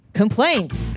complaints